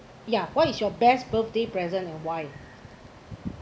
ya what is your best birthday present and why